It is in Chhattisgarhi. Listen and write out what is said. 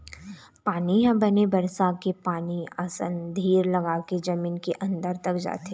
पानी ह बने बरसा के पानी असन धीर लगाके जमीन के अंदर तक जाथे